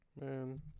Man